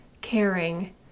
caring